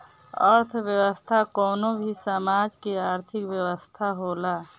अर्थव्यवस्था कवनो भी समाज के आर्थिक व्यवस्था होला